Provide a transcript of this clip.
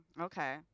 Okay